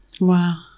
Wow